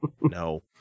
no